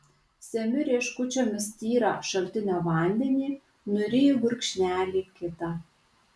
semiu rieškučiomis tyrą šaltinio vandenį nuryju gurkšnelį kitą